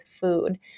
food